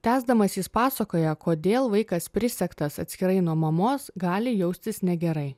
tęsdamas jis pasakoja kodėl vaikas prisegtas atskirai nuo mamos gali jaustis negerai